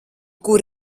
kur